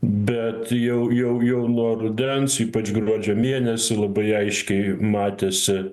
bet jau jau jau nuo rudens ypač gruodžio mėnesį labai aiškiai matėsi